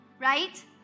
Right